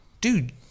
dude